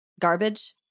garbage